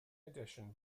addition